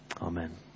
Amen